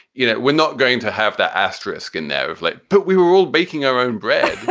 you know, we're not going to have the asterisk in there if like but we were all baking our own bread